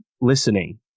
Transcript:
listening